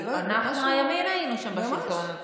כאילו, אנחנו הימין היינו שם בשלטון.